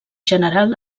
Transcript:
general